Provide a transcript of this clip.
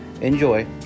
Enjoy